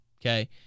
Okay